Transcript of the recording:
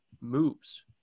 moves